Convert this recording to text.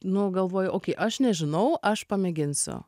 nu galvoju aš nežinau aš pamėginsiu